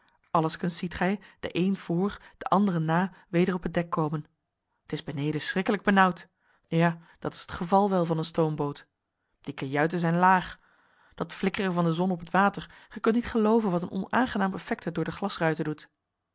allengskens ziet gij den een voor den anderen na weder op het dek komen t is beneden schrikkelijk benauwd ja dat is t geval wel van een stoomboot die kajuiten zijn laag dat flikkeren van de zon op t water gij kunt niet gelooven wat een onaangenaam effect het door de glasruiten doet